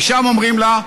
משם, אומרים לה,